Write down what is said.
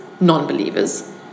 non-believers